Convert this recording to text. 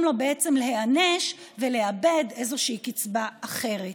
לו בעצם להיענש ולאבד איזושהי קצבה אחרת.